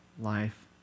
life